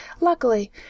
Luckily